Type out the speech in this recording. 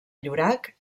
llorac